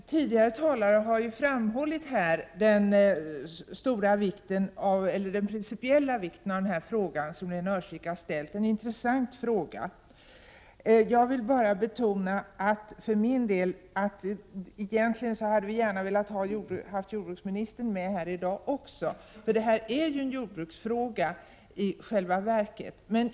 Tidigare talare har framhållit den principiella betydelsen av den fråga som Lena Öhrsvik har ställt. Det är en intressant fråga. Jag vill bara för min del betona att vi egentligen gärna hade velat ha även jordbruksministern med här i dag. För detta är i själva verket en jordbruksfråga.